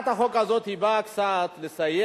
אטיאס, שאיננו נמצא.